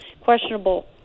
questionable